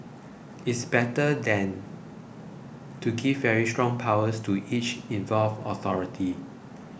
it's better than to give very strong powers to each involved authority